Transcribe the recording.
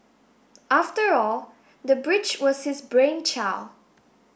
after all the bridge was his brainchild